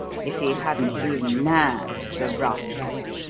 if he hadn't been nabbed, the rascal.